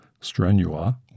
strenua